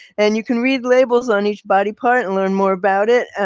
and you can read labels on each body part and learn more about it. and